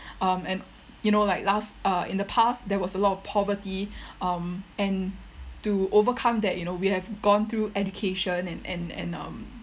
um and you know like last uh in the past there was a lot of poverty um and to overcome that you know we have gone through education and and and um